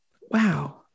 wow